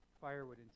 firewood